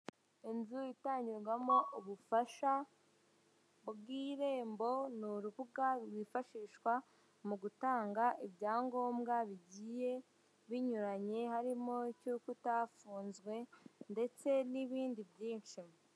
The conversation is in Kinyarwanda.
Inzu itangirwamo ubufasha bw'irembo ni urubuga rwifashishwa mu gutanga ibyangombwa bigiye binyuranye harimo cy'uko utafunzwe ndetse n'ibindi byinshi.